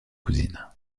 cousine